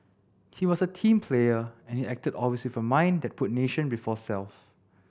he was a team player and he acted always with a mind that put nation before self